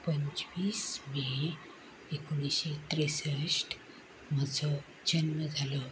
पंचवीस मे एकोणिशें त्रेसश्ट म्हजो जल्म जालो